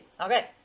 Okay